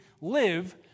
live